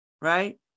right